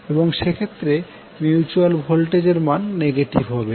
এবং সে ক্ষেত্রে মিউচুয়াল ভোল্টেজ এর মান নেগেটিভ হবে